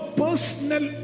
personal